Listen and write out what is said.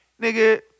Nigga